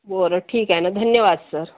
बरं ठीक आहे ना धन्यवाद सर